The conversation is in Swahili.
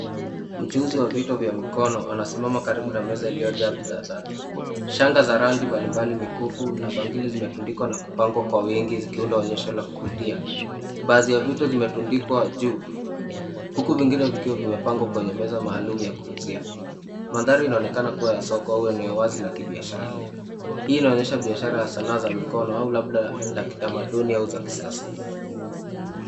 Mchuuzu wa vitu vya mikono anasimama karibu na meza iliyojaa bidhaa zake. Shanga za rangi mbali mbali mikufu na bangili zimetundikwa na kupangwa kwa wengi zikiunda mwonyesho la kuvutia. Baadhi ya vitu zimetundikwa juu, uku vingine vikiwa vimepangwa kwenye meza maalumi ya kuuzia. Mandhari linaonekana kuwa ya soko au eneo wazi la kibiashara. Hii inaonyesha biashara sana za mikono au labda la kitamaduni au za kisasa.